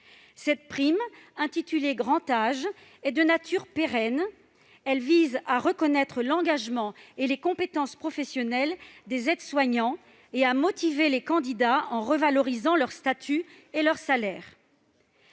Cette prime, dénommée « grand âge », est de nature pérenne et vise à reconnaître l'engagement et les compétences professionnelles des aides-soignants, mais aussi à motiver les candidats en revalorisant leur statut et leur salaire.